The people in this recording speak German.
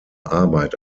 arbeit